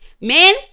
Men